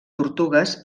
tortugues